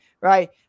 right